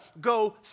go